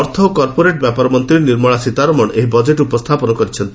ଅର୍ଥ ଓ କର୍ପୋରେଟ୍ ବ୍ୟାପାର ମନ୍ତୀ ନିର୍ମଳା ସୀତାରମଣ ଏହି ବଜେଟ୍ ଉପସ୍ସାପନ କରିଛନ୍ତି